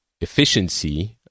efficiency